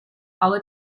our